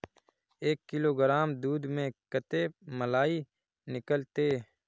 एक किलोग्राम दूध में कते मलाई निकलते?